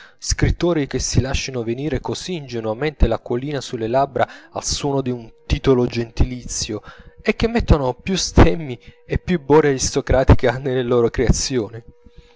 scrittori che si lascino venire così ingenuamente l'acquolina sulle labbra al suono di un titolo gentilizio e che mettano più stemmi e più boria aristocratica nelle loro creazioni